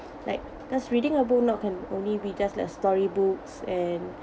like because reading a book not can only be just a storybooks and